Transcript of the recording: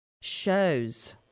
shows